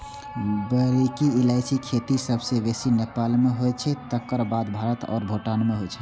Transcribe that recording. बड़की इलायचीक खेती सबसं बेसी नेपाल मे होइ छै, तकर बाद भारत आ भूटान मे होइ छै